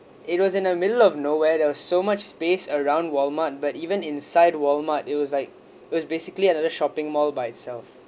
it was in the middle of nowhere there was so much space around walmart but even inside walmart it was like it was basically another shopping mall by itself